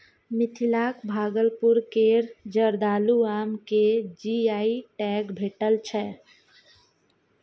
मिथिलाक भागलपुर केर जर्दालु आम केँ जी.आई टैग भेटल छै